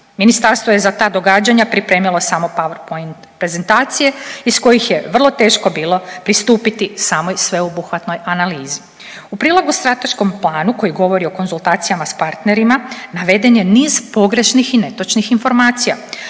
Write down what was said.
Ministarstvo je za ta događanja pripremilo samo PowerPoint prezentacije iz kojih je vrlo teško bilo pristupiti samoj sveobuhvatnoj analizi. U prilogu strateškom planu koji govori o konzultacijama s partnerima naveden je niz pogrešnih i netočnih informacija,